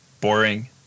boring